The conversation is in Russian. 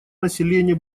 населения